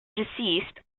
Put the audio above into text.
deceased